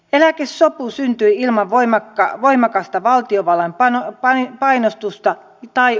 eläkesopu syntyi ilman voimakasta valtiovallan painostusta tai uhkailua